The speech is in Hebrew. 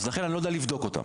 ולכן אני לא יודע לבדוק אותם.